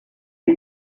you